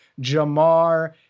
Jamar